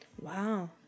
Wow